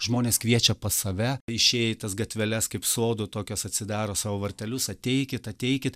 žmonės kviečia pas save išėję į tas gatveles kaip sodo tokios atsidaro savo vartelius ateikit ateikit